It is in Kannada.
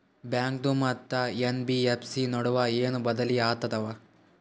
ಬ್ಯಾಂಕು ಮತ್ತ ಎನ್.ಬಿ.ಎಫ್.ಸಿ ನಡುವ ಏನ ಬದಲಿ ಆತವ?